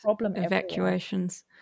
evacuations